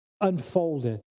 unfolded